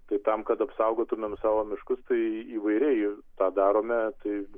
tai tam kad apsaugotumėm savo miškus tai įvairiai ir padarome tai